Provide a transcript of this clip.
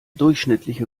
durchschnittliche